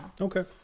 okay